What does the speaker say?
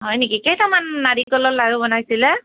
হয় নেকি কেইটামান নাৰিকলৰ লাৰু বনাইছিলে